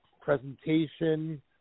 presentation